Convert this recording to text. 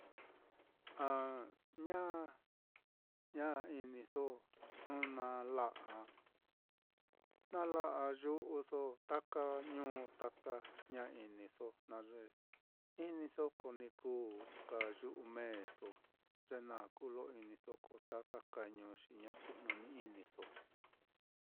A ña ña iniso jnu nala'a, na la'a yu'uso taka ñuu taka ña iniso, jna ye iniso ko ni kuu kna yu'u meeso, ye na kuu lo iniso, ko taka ka ñuu xi ña kujnuni-iniso.